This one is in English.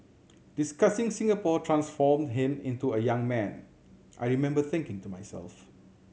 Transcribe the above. discussing Singapore transformed him into a young man I remember thinking to myself